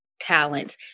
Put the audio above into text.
talents